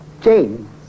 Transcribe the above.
James